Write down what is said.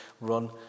run